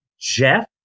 Jeff